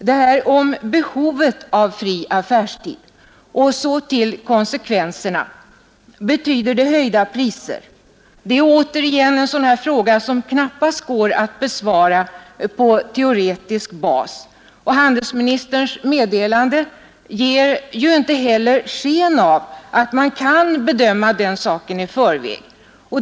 Detta om behovet av fri affärstid. Och så till konsekvenserna. Betyder det höjda priser? Det är återigen en fråga som knappast går att besvara på teoretisk bas. Handelsministerns meddelande ger inte heller sken av att man kan bedöma den saken i förväg.